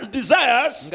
desires